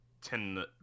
ten